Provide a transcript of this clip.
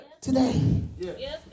today